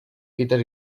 fites